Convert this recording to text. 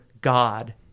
God